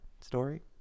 story